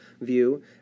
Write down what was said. view